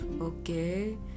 okay